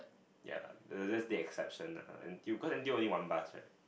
ya lah that's the exception lah N_T_U cause N_T_U only one bus right